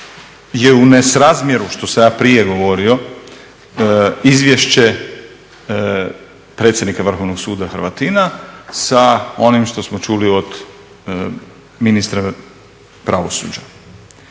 je u nesrazmjeru što sam ja prije govorio izvješće predsjednika Vrhovnog suda Hrvatina sa onim što smo čuli od ministra pravosuđa.